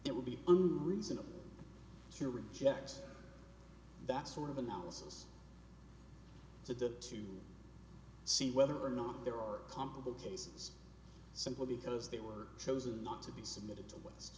it would be reasonable to reject that sort of analysis to do it to see whether or not there are comparable cases simply because they were chosen not to be submitted to